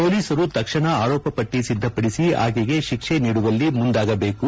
ಪೋಲೀಸರು ತಕ್ಷಣ ಆರೋಪ ಪಟ್ಟ ಸಿದ್ಧಪಡಿಸಿ ಆಕೆಗೆ ಶಿಕ್ಷೆ ನೀಡುವಲ್ಲಿ ಮುಂದಾಗಬೇಕು